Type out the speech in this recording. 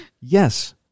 Yes